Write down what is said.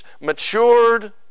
matured